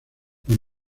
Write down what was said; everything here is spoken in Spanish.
los